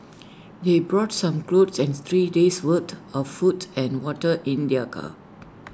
they brought some clothes and three days' worth of food and water in their car